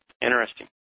Interesting